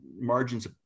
margins